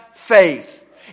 faith